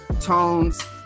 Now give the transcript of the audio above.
Tones